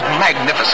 magnificent